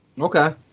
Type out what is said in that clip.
Okay